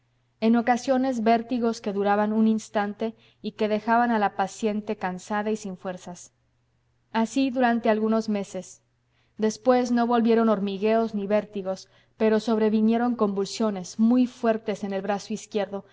en ocasiones vértigos que duraban un instante y que dejaban a la paciente cansada y sin fuerzas así durante algunos meses después no volvieron hormigueos ni vértigos pero sobrevinieron convulsiones muy fuertes en el brazo izquierdo